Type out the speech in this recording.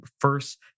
first